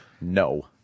No